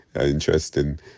Interesting